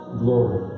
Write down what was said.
glory